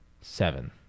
seven